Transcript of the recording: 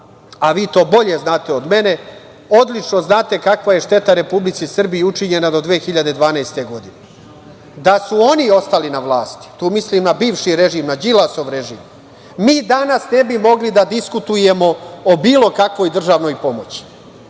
a vi to bolje znate od mene, odlično znate kakva je šteta Republici Srbiji učinjena do 2012. godine. Da su oni ostali na vlasti, tu mislim na bivši režim, na Đilasov režim, mi danas ne bi mogli da diskutujemo o bilo kakvoj državnoj pomoći,